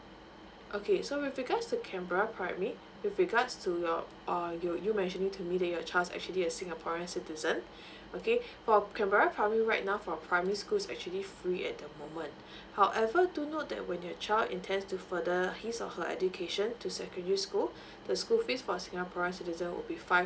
okay so with regards to canberra primary with regards to your uh you you mentioning to me that your child's actually a singaporean citizen okay for canberra primary right now for primary school is actually fully at the moment however do note that when your child intends to further his or her education to secondary school the school fees for singaporeans citizen would be five